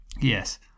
Yes